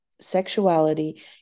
sexuality